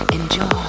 Enjoy